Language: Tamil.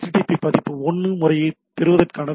பதிப்பு 1 முறையைப் பெறுவதற்கான வேண்டுகோள்